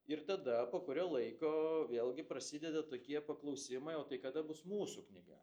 ir tada po kurio laiko vėlgi prasideda tokie paklausimai o tai kada bus mūsų knyga